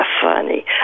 funny